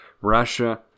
Russia